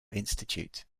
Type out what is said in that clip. institute